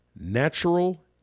Natural